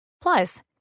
Plus